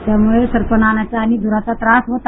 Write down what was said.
त्यामुळे सरपन आणायचा आणि धुराचा त्रास होता